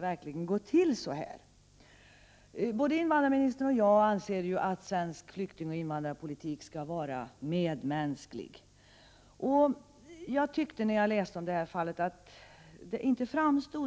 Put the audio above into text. verkligen skall gå till på det här sättet. Både invandrarministern och jag anser ju att svensk flyktingoch invandrarpolitik skall vara medmänsklig. När jag läste om det här aktuella fallet framstod det inte så.